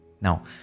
Now